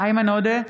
איימן עודה,